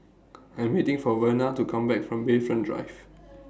I Am waiting For Verna to Come Back from Bayfront Drive